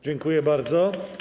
Dziękuję bardzo.